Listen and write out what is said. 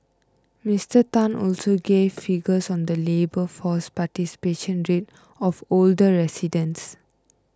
Mister Tan also gave figures on the labour force participation rate of older residents